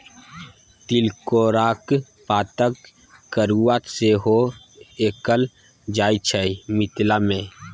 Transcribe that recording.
तिलकोराक पातक तरुआ सेहो खएल जाइ छै मिथिला मे